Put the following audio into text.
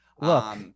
Look –